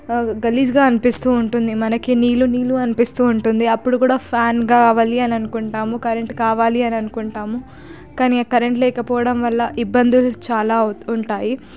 గలీజ్గా అనిపిస్తూ ఉంటుంది మనకి నీళ్లు నీళ్లుగా అనిపిస్తూ ఉంటుంది అప్పుడు కూడా ఫ్యాన్ కావాలి అని అనుకుంటాము కరెంటు కావాలి అని అనుకుంటాము కానీ ఆ కరెంటు లేకపోవడం వల్ల ఇబ్బందులు చాలా ఉంటాయి